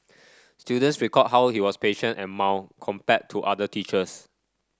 students recalled how he was patient and mild compared to other teachers